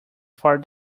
far